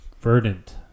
Verdant